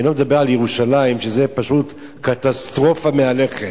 אני לא מדבר על ירושלים, שזה פשוט קטסטרופה מהלכת,